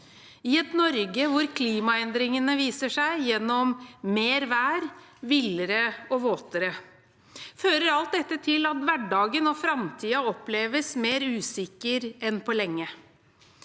i et Norge hvor klimaendringene viser seg gjennom mer, villere og våtere vær, fører alt dette til at hverdagen og framtiden oppleves mer usikker enn på lenge.